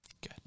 Good